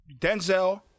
Denzel